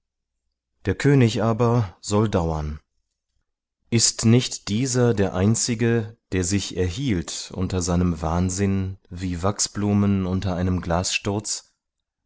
der könig aber soll dauern ist nicht dieser der einzige der sich erhielt unter seinem wahnsinn wie wachsblumen unter einem